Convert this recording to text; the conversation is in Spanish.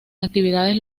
actividades